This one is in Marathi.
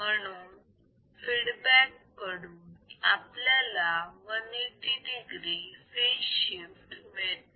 म्हणून फीडबॅक कडून आपल्याला 180 degree फेज शिफ्ट मिळते